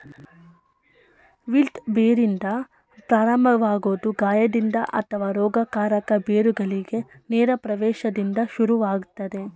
wilt ಬೇರಿಂದ ಪ್ರಾರಂಭವಾಗೊದು ಗಾಯದಿಂದ ಅಥವಾ ರೋಗಕಾರಕ ಬೇರುಗಳಿಗೆ ನೇರ ಪ್ರವೇಶ್ದಿಂದ ಶುರುವಾಗ್ತದೆ